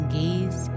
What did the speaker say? gaze